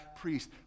priest